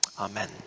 Amen